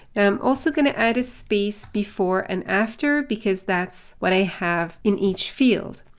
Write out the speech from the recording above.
i'm also going to add a space before and after, because that's what i have in each field.